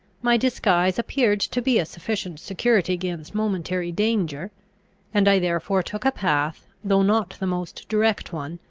my disguise appeared to be a sufficient security against momentary danger and i therefore took a path, though not the most direct one,